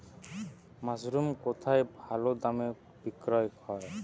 Mushroom কেথায় ভালোদামে বিক্রয় হয়?